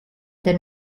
the